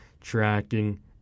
tracking